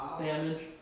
damage